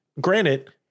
granted